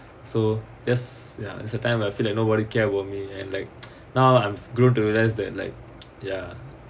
so yes yeah that's the time I feel like nobody care about me and like now I'm grow to realise that like ya